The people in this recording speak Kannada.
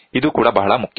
ಇದು ಕೂಡ ಬಹಳ ಮುಖ್ಯ